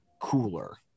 cooler